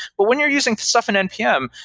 but when you're using stuff in npm,